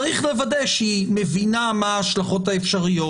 צריך לוודא שהיא מבינה מה ההשלכות האפשריות,